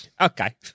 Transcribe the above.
Okay